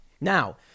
Now